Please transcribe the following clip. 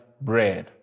bread